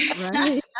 Right